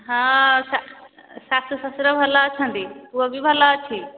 ହଁ ଶାଶୁ ଶଶୁର ଭଲ ଅଛନ୍ତି ପୁଅ ବି ଭଲ ଅଛି